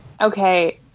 okay